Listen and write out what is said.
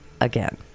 again